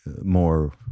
more